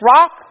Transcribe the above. rock